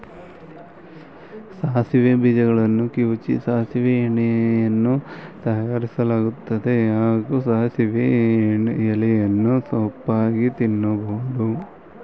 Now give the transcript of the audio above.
ಸಾಸಿವೆ ಬೀಜಗಳನ್ನು ಕಿವುಚಿ ಸಾಸಿವೆ ಎಣ್ಣೆಯನ್ನೂ ತಯಾರಿಸಲಾಗ್ತದೆ ಹಾಗೂ ಸಾಸಿವೆ ಎಲೆಯನ್ನು ಸೊಪ್ಪಾಗಿ ತಿನ್ಬೋದು